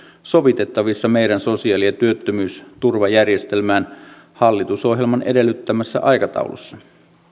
sovitettavissa meidän sosiaali ja työttömyysturvajärjestelmään hallitusohjelman edellyttämässä aikataulussa